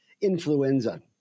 influenza